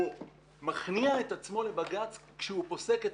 הוא מכניע את עצמו לבג"ץ כשהוא פוסק את